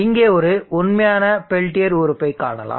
இங்கே ஒரு உண்மையான பெல்டியர் உறுப்பைக் காணலாம்